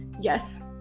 Yes